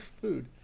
food